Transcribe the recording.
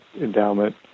endowment